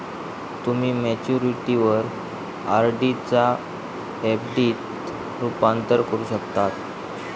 तुम्ही मॅच्युरिटीवर आर.डी चा एफ.डी त रूपांतर करू शकता